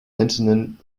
einzelnen